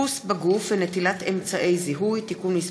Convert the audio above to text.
חיפוש בגוף ונטילת אמצעי זיהוי) (תיקון מס'